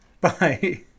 Bye